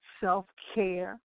self-care